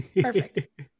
Perfect